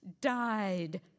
died